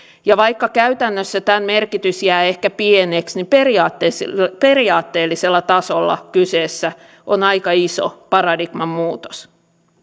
vaikka käytännössä tämän merkitys jää ehkä pieneksi niin periaatteellisella periaatteellisella tasolla kyseessä on aika iso paradigman muutos